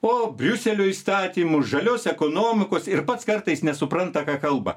o briuselio įstatymų žalios ekonomikos ir pats kartais nesupranta ką kalba